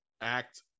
Act